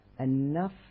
enough